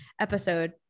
episode